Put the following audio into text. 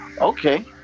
okay